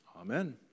Amen